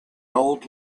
old